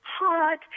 hot